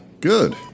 good